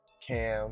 Cam